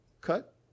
cut